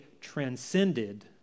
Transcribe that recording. transcended